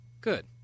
good